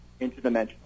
interdimensional